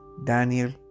Daniel